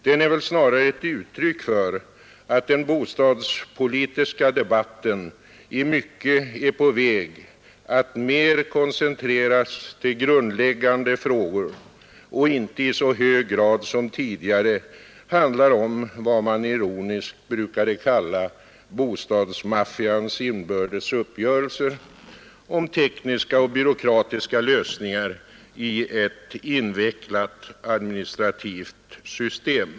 Den är väl snarare ett uttryck för att den bostadspolitiska debatten i mycket är på väg att mer koncentreras till grundläggande frågor och inte i så hög grad som tidigare handlar om vad man ironiskt brukade kalla ”bostadsmaffians” inbördes uppgörelse om tekniska och byråkratiska lösningar i ett invecklat administrativt system.